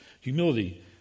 humility